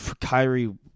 Kyrie